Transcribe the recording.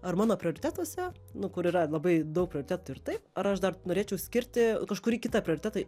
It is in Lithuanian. ar mano prioritetuose nu kur yra labai daug prioritetų ir taip ar aš dar norėčiau skirti kažkurį kitą prioritetą